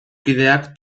kideak